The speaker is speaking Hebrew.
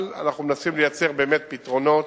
אנחנו מנסים לייצר, באמת, פתרונות,